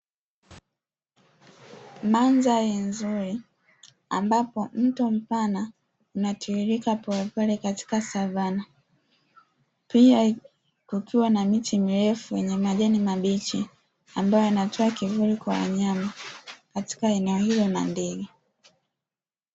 Mandhari nzuri ambapo mto mpana unatiririka polepole katika savanna pia ukiwa na miti mirefu yenye majani mabichi ambayo yanatoa kivuli kwa wanyama katika eneo hilo na ndege.